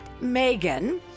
Megan